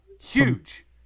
huge